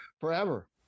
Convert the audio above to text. forever